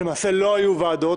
כשלמעשה לא היו ועדות